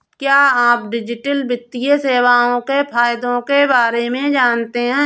क्या आप डिजिटल वित्तीय सेवाओं के फायदों के बारे में जानते हैं?